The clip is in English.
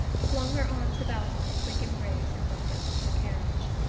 flung her arms about him in a quick embrace and went down to her carriage.